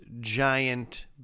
giant